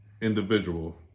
individual